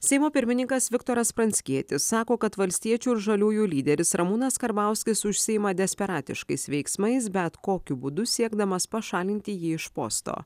seimo pirmininkas viktoras pranckietis sako kad valstiečių ir žaliųjų lyderis ramūnas karbauskis užsiima desperatiškais veiksmais bet kokiu būdu siekdamas pašalinti jį iš posto